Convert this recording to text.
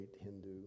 Hindu